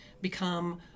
become